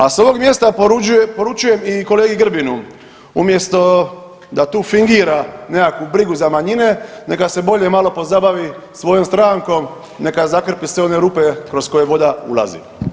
A s ovog mjesta poručujem i kolegi Grbinu umjesto da tu fingira nekakvu brigu za manjine, neka se bolje malo pozabavi svojom strankom, neka zakrpi sve one rupe kroz koje voda ulazi.